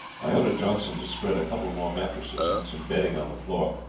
i ordered johnson to spread a couple more mattresses and some bedding on the floor,